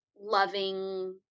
loving